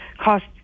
cost